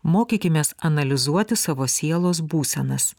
mokykimės analizuoti savo sielos būsenas